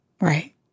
Right